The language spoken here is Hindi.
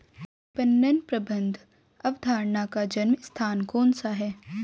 विपणन प्रबंध अवधारणा का जन्म स्थान कौन सा है?